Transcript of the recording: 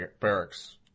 barracks